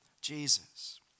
Jesus